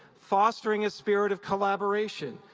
fostering a spirit of collaboration,